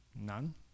None